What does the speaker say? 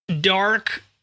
dark